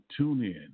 TuneIn